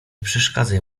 przeszkadzaj